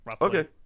okay